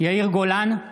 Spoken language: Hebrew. יאיר גולן,